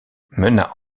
mena